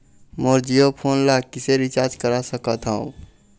मोर Jio phone ला किसे recharge करा सकत हवं?